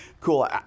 cool